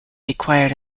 required